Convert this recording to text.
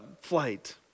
flight